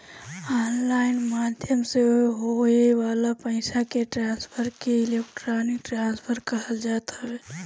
online माध्यम से होए वाला पईसा के ट्रांसफर के इलेक्ट्रोनिक ट्रांसफ़र कहल जात हवे